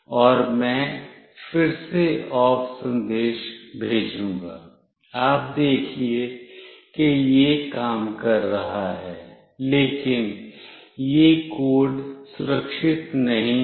और मैं फिर से OFF संदेश भेजूंगा आप देखिए कि यह काम कर रहा है लेकिन यह कोड सुरक्षित नहीं है